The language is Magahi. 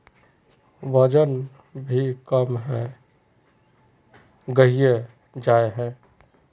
वजन भी कम है गहिये जाय है?